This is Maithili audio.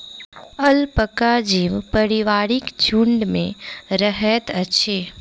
अलपाका जीव पारिवारिक झुण्ड में रहैत अछि